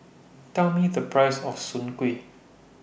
Tell Me The Price of Soon Kueh